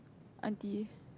auntie